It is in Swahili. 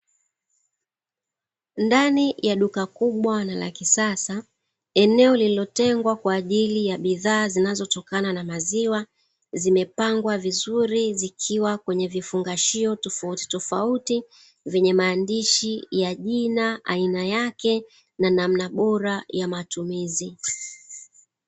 Ndani ya duka kubwa na la kisasa eneo lililotengwa kwa ajili ya bidhaa zinazotokana na maziwa, zimepangwa vizuri zikiwa kwenye vifungashio tofautitofauti, vyenye maandishi ya jina aina yake, na namna bora ya matumizi.